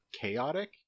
chaotic